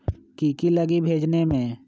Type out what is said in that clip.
की की लगी भेजने में?